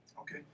Okay